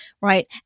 right